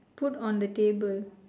put on the table